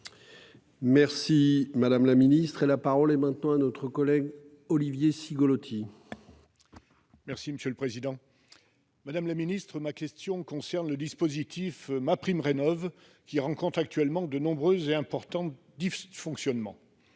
Merci madame la ministre et la parole est maintenant à notre collègue Olivier Cigolotti. Merci monsieur le président. Madame la ministre ma question concerne le dispositif MaPrimeRénov qui rencontrent actuellement de nombreux et importants dysfonctionnements.